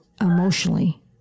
emotionally